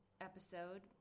episode